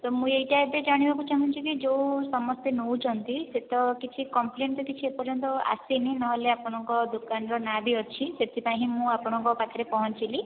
ତ ମୁଁ ଏଇଟା ଏବେ ଜାଣିବାକୁ ଚାହୁଁଛି କି ଯେଉଁ ସମସ୍ତେ ନେଉଛନ୍ତି ସେ ତ କିଛି କମ୍ପ୍ଲେନ୍ ତ କିଛି ଏ ପର୍ଯ୍ୟନ୍ତ ଆସିନି ନହେଲେ ଆପଣଙ୍କ ଦୋକାନର ନାଁ ବି ଅଛି ସେଥିପାଇଁ ହିଁ ମୁଁ ଆପଣଙ୍କ ପାଖରେ ପହଞ୍ଚିଲି